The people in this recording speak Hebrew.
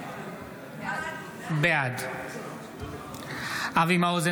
בעד אבי מעוז,